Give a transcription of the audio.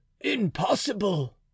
impossible